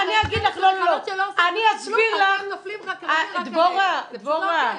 דבורה,